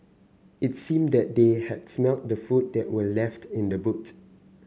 it seemed that they had smelt the food that were left in the boot